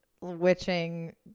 witching